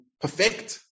perfect